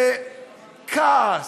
בכעס,